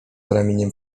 ramieniem